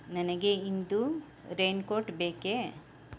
ನನಗೆ ಇಂದು raincoat ಬೇಕೆ